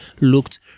looked